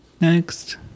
Next